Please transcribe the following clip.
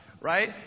right